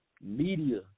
media